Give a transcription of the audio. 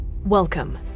Welcome